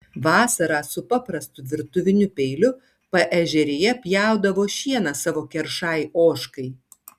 vasarą su paprastu virtuviniu peiliu paežerėje pjaudavo šieną savo keršai ožkai